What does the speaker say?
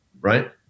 right